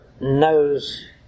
knows